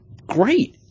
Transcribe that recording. great